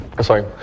Sorry